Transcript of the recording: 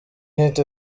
hit